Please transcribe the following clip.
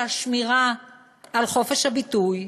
ששמירה על חופש הביטוי,